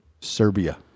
Serbia